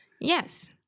Yes